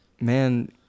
man